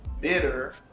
bitter